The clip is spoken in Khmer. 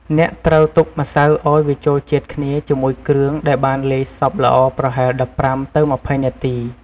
អ្នកត្រូវទុកម្សៅឱ្យវាចូលជាតិគ្នាជាមួយគ្រឿងដែលបានលាយសព្វល្អប្រហែល ១៥ ទៅ ២០ នាទី។